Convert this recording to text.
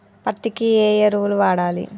పత్తి కి ఏ ఎరువులు వాడాలి?